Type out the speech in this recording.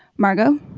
margo?